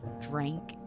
drank